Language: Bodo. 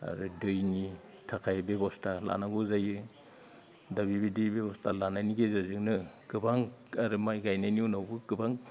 आरो दैनि थाखाय बेबस्था लानांगौ जायो दा बिबायदि बेबस्था लानायनि गेजेरजोंनो गोबां आरो माइ गायनायनि उनावबो गोबां